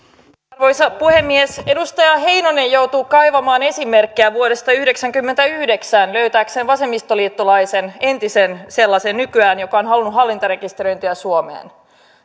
arvoisa puhemies edustaja heinonen joutuu kaivamaan esimerkkejä vuodesta yhdeksänkymmentäyhdeksän löytääkseen vasemmistoliittolaisen entisen sellaisen nykyään joka on halunnut hallintarekisteröintiä suomeen